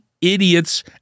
idiots